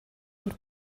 und